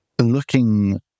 looking